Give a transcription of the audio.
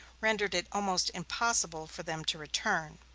rendered it almost impossible for them to return.